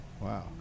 wow